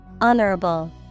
Honorable